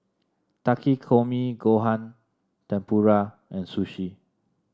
Takikomi Gohan Tempura and Sushi